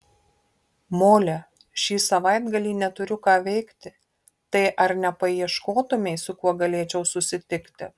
mole šį savaitgalį neturiu ką veikti tai ar nepaieškotumei su kuo galėčiau susitikti